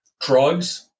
Drugs